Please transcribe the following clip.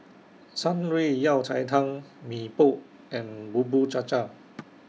Shan Rui Yao Cai Tang Mee Pok and Bubur Cha Cha